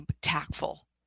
tactful